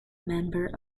member